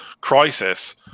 Crisis